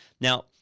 Now